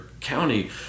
county